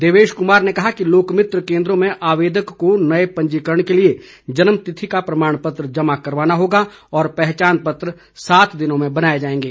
देवेश कुमार ने कहा कि लोकमित्र केन्द्रों में आवेदक को नए पंजीकरण के लिए जन्म तिथि का प्रमाण जमा करवाना होगा और पहचान पत्र सात दिनों में बनाए जाएंगे